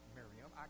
Miriam